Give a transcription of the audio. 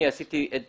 אני עשיתי את